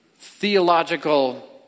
theological